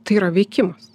tai yra veikimas